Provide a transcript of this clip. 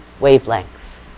wavelengths